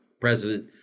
president